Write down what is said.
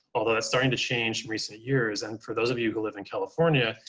although that's starting to change in recent years. and for those of you who live in california,